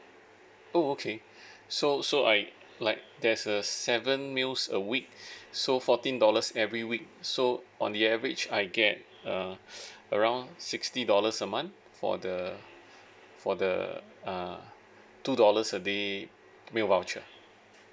oh okay so so I like there's a seven meals a week so fourteen dollars every week so on the average I get uh around sixty dollars a month for the for the uh two dollars a day meal voucher